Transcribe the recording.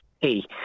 Hey